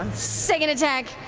second attack,